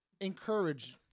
encourage